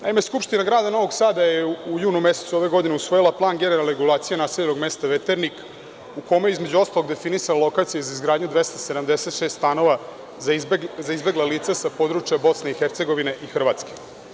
Naime Skupština grada Novog Sada je u junu ove godine usvojila plan generalne regulacije naseljenog mesta Veternik u kome je između ostalog definisala lokacije za izgradnju 276 stanova za izbegla lica sa područja Bosne i Hercegovine i Hrvatske.